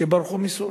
שברחו מסוריה,